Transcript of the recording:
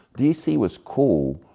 dc was cool,